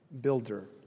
builder